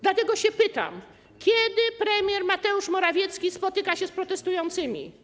Dlatego pytam: Kiedy premier Mateusz Morawiecki spotka się z protestującymi?